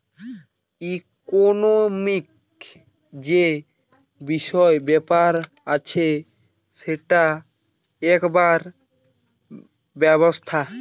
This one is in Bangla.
ইকোনোমিক্ যে বিষয় ব্যাপার আছে সেটার একটা ব্যবস্থা